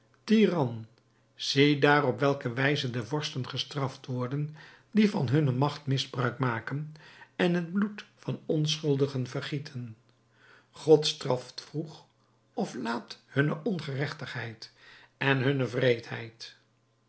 tyran ziedaar op welke wijze de vorsten gestraft worden die van hunne magt misbruik maken en het bloed van onschuldigen vergieten god straft vroeg of laat hunne ongeregtigheid en hunne